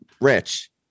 rich